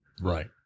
Right